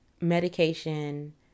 medication